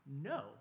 No